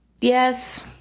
Yes